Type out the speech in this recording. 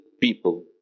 people